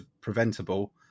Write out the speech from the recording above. preventable